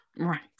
Right